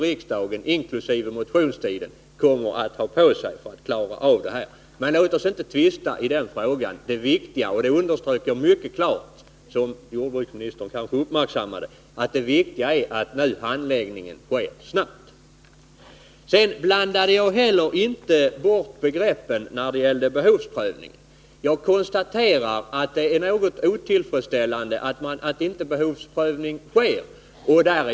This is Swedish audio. motionstid, som nu riksdagen kommer att ha på sig för att klara av detta. Men låt oss inte tvista om den frågan. Det viktiga är — det underströk jag mycket kraftigt, vilket jordbruksministern kanske uppmärksammade — att handläggningen nu sker snabbt. Sedan blandade jag inte heller bort begreppen när det gällde behovsprövningen. Jag konstaterar att det är något otillfredsställande att behovsprövning inte sker.